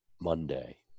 Monday